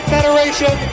Federation